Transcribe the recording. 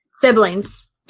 Siblings